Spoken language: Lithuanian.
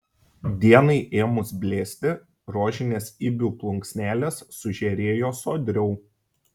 dienai ėmus blėsti rožinės ibių plunksnelės sužėrėjo sodriau